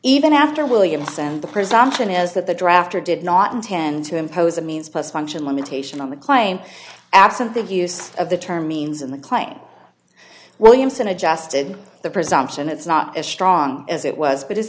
even after williamson the presumption is that the drafter did not intend to impose a means plus function limitation on the claim absent the use of the term means in the claim williamson adjusted the presumption it's not as strong as it was but it's